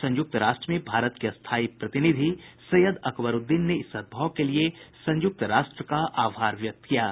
संयुक्त राष्ट्र में भारत के स्थायी प्रतिनिधि सैयद अकबरुद्दीन ने इस सद्भाव के लिए संयुक्त राष्ट्र का आभार व्यक्त किया है